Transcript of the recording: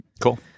Cool